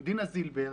דינה זילבר,